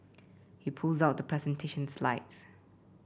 he pulls out the presentation slides